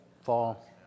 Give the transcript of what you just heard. Fall